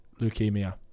leukemia